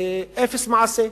אפס מעשה.